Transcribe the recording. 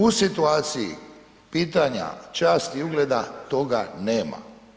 U situaciji pitanja časti i ugleda toga nema.